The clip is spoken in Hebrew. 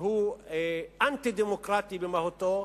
שהוא אנטי-דמוקרטי במהותו.